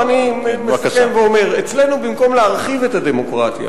אני מסכם ואומר: אצלנו במקום להרחיב את הדמוקרטיה